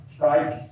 right